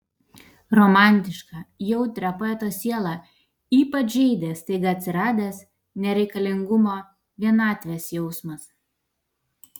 romantišką jautrią poeto sielą ypač žeidė staiga atsiradęs nereikalingumo vienatvės jausmas